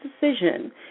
decision